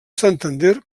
santander